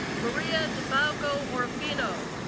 maria de falco orphino.